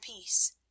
peace